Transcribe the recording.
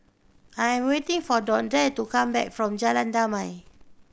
I am waiting for Dondre to come back from Jalan Damai